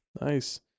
nice